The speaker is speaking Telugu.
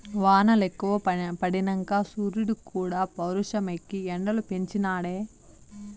వానలెక్కువ పడినంక సూరీడుక్కూడా పౌరుషమెక్కి ఎండలు పెంచి నాడే